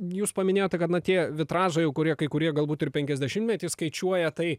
jūs paminėjote kad na tie vitražai jau kurie kai kurie galbūt ir penkiasdešimtmetį skaičiuoja tai